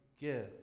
give